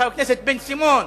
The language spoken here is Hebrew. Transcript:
חבר הכנסת בן-סימון,